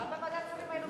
הצבענו בוועדת שרים בעד.